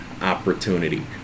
opportunity